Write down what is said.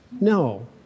no